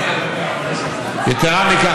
יתרה מכך,